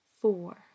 four